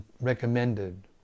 recommended